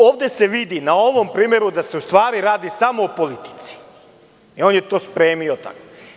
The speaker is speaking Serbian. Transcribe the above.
Ovde se vidi, na ovom primeru, da se u stvari radi samo o politici i on je to spremio tako.